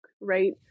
right